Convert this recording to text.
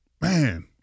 man